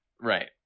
Right